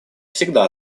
всегда